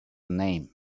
name